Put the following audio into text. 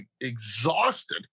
exhausted